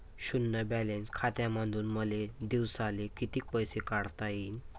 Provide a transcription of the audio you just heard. शुन्य बॅलन्स खात्यामंधून मले दिवसाले कितीक पैसे काढता येईन?